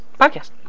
Podcast